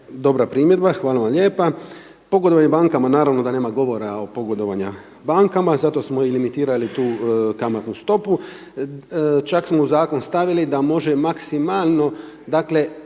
dobra primjedba. Hvala vam lijepa. Pogodovanje bankama, naravno da nema govora o pogodovanju bankama, zato smo i limitirali tu kamatnu stopu, čak smo u zakon stavili da može maksimalno nakon